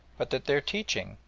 but that their teaching,